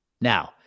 Now